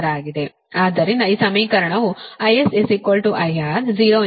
ಆದ್ದರಿಂದ ಈ ಸಮೀಕರಣವು IS IR 0 VR 1 IR ಆಗಿದೆ